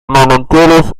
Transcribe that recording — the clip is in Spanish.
manantiales